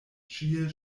ĉie